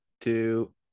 two